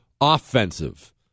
offensive